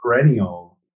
perennial